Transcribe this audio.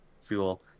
fuel